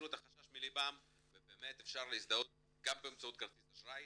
שיסירו את החשש מליבם ובאמת אפשר להזדהות גם באמצעות כרטיס אשראי